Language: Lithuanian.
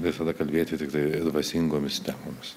visada kalbėti tiktai dvasingomis temomis